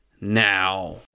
now